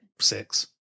six